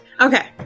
Okay